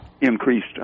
increased